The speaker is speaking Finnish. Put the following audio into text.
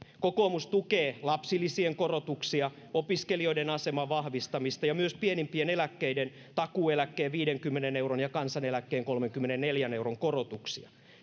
kokoomus tukee lapsilisien korotuksia opiskelijoiden aseman vahvistamista ja myös pienimpien eläkkeiden takuueläkkeen viidenkymmenen euron ja kansaneläkkeen kolmenkymmenenneljän euron korotuksia